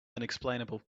unexplainable